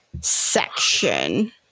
section